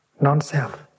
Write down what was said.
non-self